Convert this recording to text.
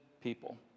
people